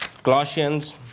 Colossians